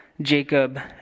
Jacob